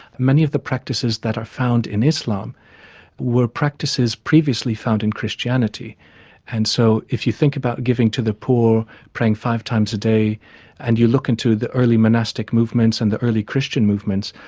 many of the practices that are found in islam were practices previously found in christianity and so if you think about giving to the poor, praying five times a day and you look into the early monastic movements and the early christian movements,